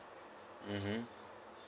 mmhmm